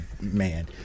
man